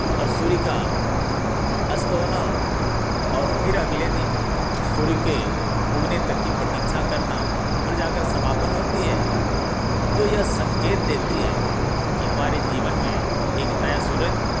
और सूर्य का अस्त होना और फिर अगले दिन सूर्य के उगने तक की प्रतिक्षा करना और जा कर समापन होती है जो यह संकेत देती है कि हमारे जीवन में एक नया सूरज